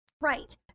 Right